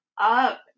up